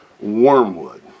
Wormwood